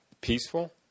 peaceful